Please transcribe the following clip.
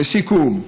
לסיכום,